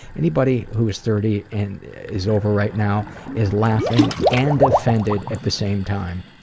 anybody who's thirty and is over right now is laughing and offended at the same time.